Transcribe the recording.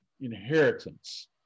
inheritance